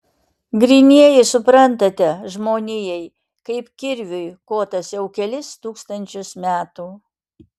grynieji suprantate žmonijai kaip kirviui kotas jau kelis tūkstančius metų